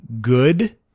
good